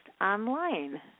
online